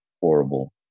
horrible